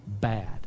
bad